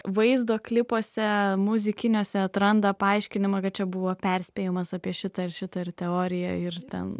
vaizdo klipuose muzikiniuose atranda paaiškinimą kad čia buvo perspėjimas apie šitą ir šitą ir teoriją ir ten